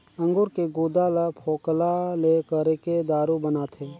अंगूर के गुदा ल फोकला ले करके दारू बनाथे